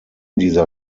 dieser